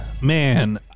Man